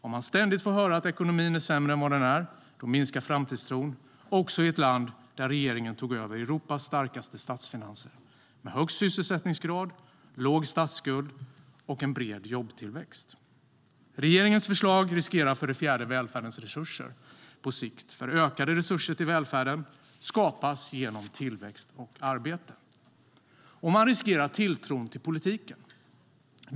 Om man ständigt får höra att ekonomin är sämre än den är minskar framtidstron också i ett land där regeringen tog över Europas starkaste statsfinanser, med högst sysselsättningsgrad, låg statsskuld och en bred jobbtillväxt. Regeringens förslag riskerar för det fjärde välfärdens resurser på sikt, därför att ökade resurser till välfärden skapas genom tillväxt och arbete. Man riskerar tilltron till politiken.